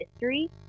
history